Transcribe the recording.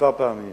כמה פעמים